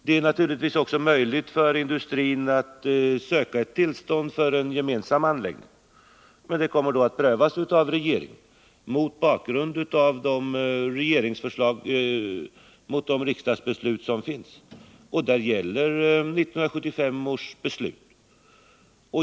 Det är naturligtvis också möjligt för industrin att söka tillstånd för en gemensam anläggning. Men det kommer då att prövas av regeringen mot bakgrund av de riksdagsbeslut som finns, och där gäller 1975 års beslut.